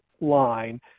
line